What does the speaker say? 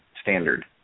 standard